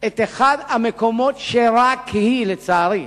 את אחד המקומות שרק היא, לצערי,